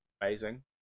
Amazing